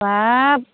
बाब